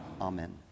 Amen